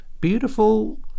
beautiful